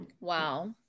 Wow